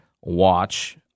watch